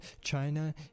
China